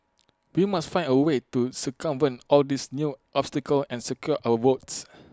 we must find A way to circumvent all these new obstacles and secure our votes